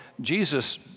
Jesus